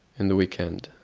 in the weekend.